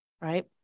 Right